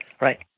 Right